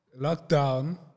lockdown